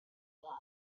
year